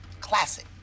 Classic